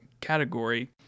category